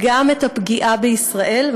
גם את הפגיעה בישראל,